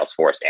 Salesforce